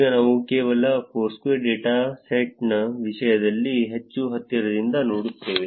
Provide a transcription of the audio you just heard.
ಈಗ ನಾವು ಕೇವಲ ಫೋರ್ಸ್ಕ್ವೇರ್ ಡೇಟಾಸೆಟ್ನ ವಿಷಯದಲ್ಲಿ ಹೆಚ್ಚು ಹತ್ತಿರದಿಂದ ನೋಡುತ್ತೇವೆ